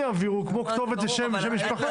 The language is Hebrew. כמו כתובת ושם ושם משפחה,